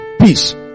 Peace